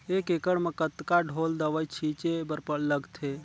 एक एकड़ म कतका ढोल दवई छीचे बर लगथे?